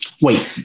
Wait